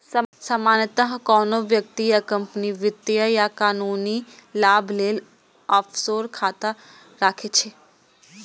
सामान्यतः कोनो व्यक्ति या कंपनी वित्तीय आ कानूनी लाभ लेल ऑफसोर खाता राखै छै